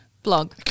blog